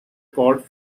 cod